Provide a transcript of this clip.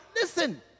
listen